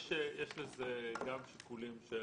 יש לזה גם שיקולים של